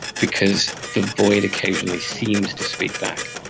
because the void occasionally seems to speak back.